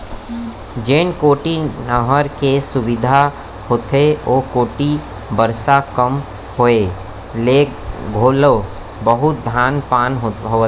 जेन कोती नहर के सुबिधा होथे ओ कोती बरसा कम होए ले घलो बहुते धान पान होथे